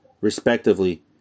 respectively